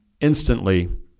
instantly